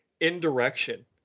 indirection